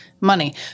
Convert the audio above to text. money